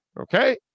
Okay